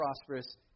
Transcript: prosperous